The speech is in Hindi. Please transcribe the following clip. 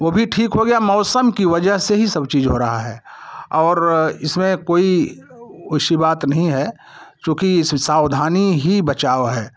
वो भी ठीक हो गया मौसम की वजह से ही सब चीज हो रहा है और इसमें कोई वैसी बात नहीं है चूंकि इसमें सावधानी ही बचाव है